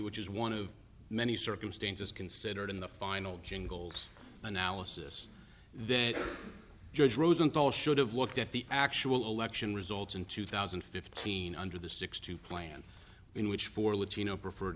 which is one of many circumstances considered in the final jingles analysis then judge rosenthal should have looked at the actual election results in two thousand and fifteen under the six two plan in which four latino preferred